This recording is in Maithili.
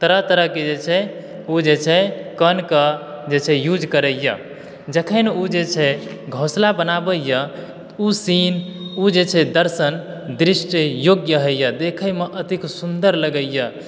तरह तरहके जे छै ऊ जे छै कणकऽ जे छै यूज करैए जखनि ऊ जे छै घोसला बनाबैए ऊ सीन ऊ जे छै दर्शन दृश्य योग्य होइए देखैमे एतेक सुन्दर लगैए